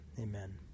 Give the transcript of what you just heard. amen